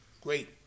great